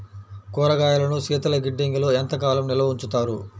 కూరగాయలను శీతలగిడ్డంగిలో ఎంత కాలం నిల్వ ఉంచుతారు?